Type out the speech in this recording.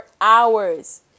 hours